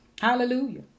Hallelujah